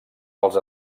als